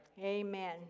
Amen